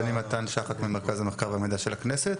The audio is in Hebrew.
אני מתן שחק ממרכז המחקר והמידע של הכנסת,